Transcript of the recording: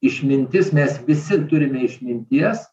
išmintis mes visi turime išminties